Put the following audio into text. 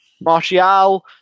Martial